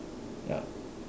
ya